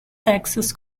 texas